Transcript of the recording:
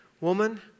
Woman